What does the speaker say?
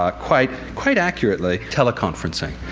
ah quite quite accurately, teleconferencing.